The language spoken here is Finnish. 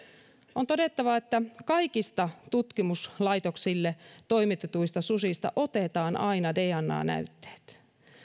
on todettava että kaikista tutkimuslaitoksille toimitetuista susista otetaan aina dna näytteet